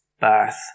birth